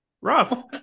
Rough